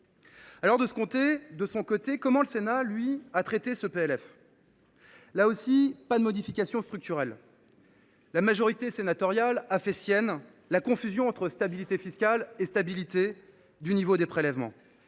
De son côté, comment le Sénat a t il traité ce PLF ? Là aussi, pas de modifications structurelles : la majorité sénatoriale a fait sienne la confusion entre stabilité fiscale et stabilité du niveau des prélèvements.